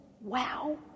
wow